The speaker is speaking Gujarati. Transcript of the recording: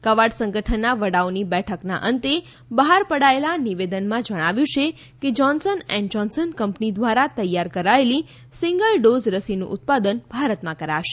કવાડ સંગઠનના વડાઓની બેઠકના અંતે બહાર પડાયેલા નિવેદનમાં જણાવ્યું છે કે જોન્સન એન્ડ જોન્સન કંપની દ્વારા તૈયાર કરાયેલી સીંગલ ડોઝ રસીનું ઉત્પાદન ભારતમાં કરાશે